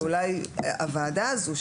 ואולי הוועדה הזו,